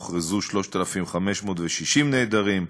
הוכרזו 3,560 נעדרים,